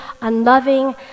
unloving